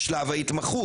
זה מכל הבחינות.